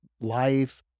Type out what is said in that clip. life